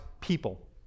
people